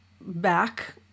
back